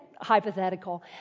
hypothetical